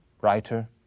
writer